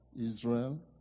Israel